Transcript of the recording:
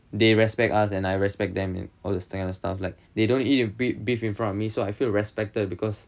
they respect us and I respect them all those kind of stuff like they don't eat beef in front of me so I feel respected because